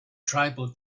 tribal